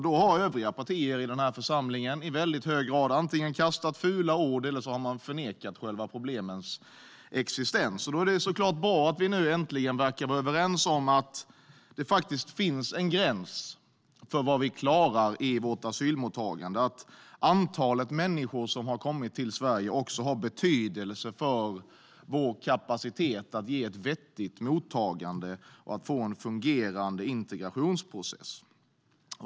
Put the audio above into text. Då har övriga partier i den här församlingen i väldigt hög grad antingen kastat fula ord eller förnekat problemens existens. Det är såklart bra att vi nu äntligen verkar vara överens om att det faktiskt finns en gräns för vad vi klarar i vårt asylmottagande och att antalet människor som har kommit till Sverige har betydelse för vår kapacitet att ge ett vettigt mottagande och få en fungerande integrationsprocess.